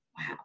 Wow